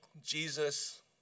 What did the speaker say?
Jesus